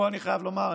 פה אני חייב לומר,